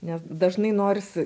nes dažnai norisi